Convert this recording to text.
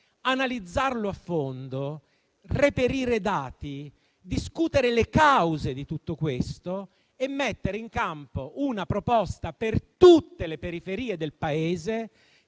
analizzarlo a fondo, reperire dati, discutere le cause di tutto questo e mettere in campo una proposta per tutte le periferie del Paese